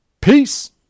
Peace